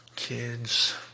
Kids